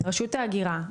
רשות ההגירה,